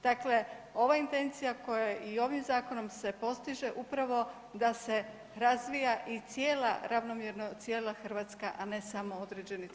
Dakle, ova intencija koja se ovim zakonom postiže upravo da se razvija i cijela ravnomjerno cijela Hrvatska, a ne samo određeni centri.